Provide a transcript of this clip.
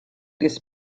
this